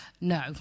no